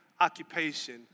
occupation